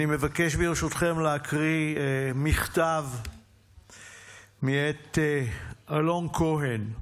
אני מבקש, ברשותכם, להקריא מכתב מאת אלון כהן.